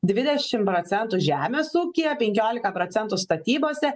dvidešimt procentų žemės ūkyje penkiolika procentų statybose